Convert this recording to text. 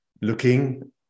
looking